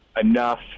enough